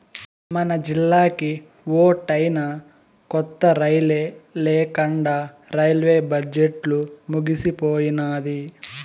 మనజిల్లాకి ఓటైనా కొత్త రైలే లేకండా రైల్వే బడ్జెట్లు ముగిసిపోయినాది